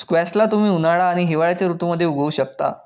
squash ला तुम्ही उन्हाळा आणि हिवाळ्याच्या ऋतूमध्ये उगवु शकता